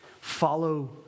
Follow